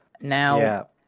Now